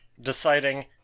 deciding